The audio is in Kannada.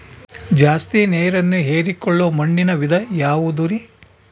ಜಾಸ್ತಿ ನೇರನ್ನ ಹೇರಿಕೊಳ್ಳೊ ಮಣ್ಣಿನ ವಿಧ ಯಾವುದುರಿ?